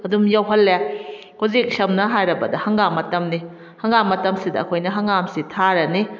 ꯑꯗꯨꯝ ꯌꯧꯍꯜꯂꯦ ꯍꯧꯖꯤꯛ ꯁꯝꯅ ꯍꯥꯏꯔꯕꯗ ꯍꯪꯒꯥꯝ ꯃꯇꯝꯅꯤ ꯍꯪꯒꯥꯝ ꯃꯇꯝꯁꯤꯗ ꯑꯩꯈꯣꯏꯅ ꯍꯪꯒꯥꯝꯁꯤ ꯊꯥꯔꯅꯤ